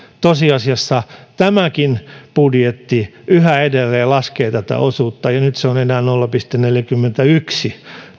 tosiasiassa tämäkin budjetti yhä edelleen laskee tätä osuutta ja nyt se on enää nolla pilkku neljäkymmentäyksi